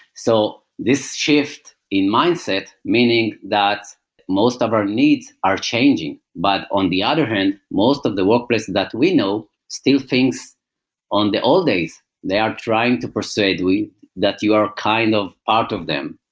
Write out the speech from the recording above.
so, this shift in mindset, meaning that most of our needs are changing. but on the other hand, most of the workplace that we know still thinks on the old days. they are trying to persuade that you are kind of part of them.